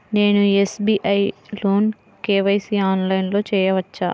నేను ఎస్.బీ.ఐ లో కే.వై.సి ఆన్లైన్లో చేయవచ్చా?